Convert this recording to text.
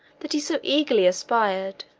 that he so eagerly aspired